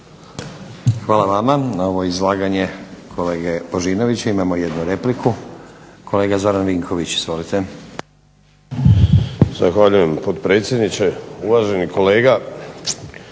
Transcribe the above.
Hvala i vama. Na ovo izlaganje kolege Božinovića imamo jednu repliku. Kolega Zoran Vinković. Izvolite. **Vinković, Zoran (HDSSB)** Zahvaljujem potpredsjedniče. Uvaženi kolega